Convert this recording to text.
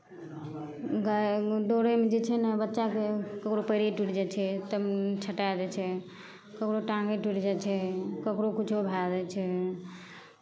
गाय दौड़यमे जे छै ने बच्चाके ककरो पएरे टुटि जाइ छै तब छँटाय जाइ छै ककरो टाँङ्गे टुटि जाइ छै ककरो किछो भए जाइ छै